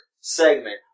segment